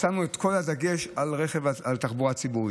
ושמנו את כל הדגש על התחבורה הציבורית.